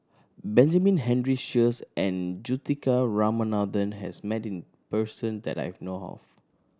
Benjamin Henry Sheares and Juthika Ramanathan has met person that I know of